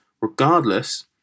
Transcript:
regardless